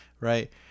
right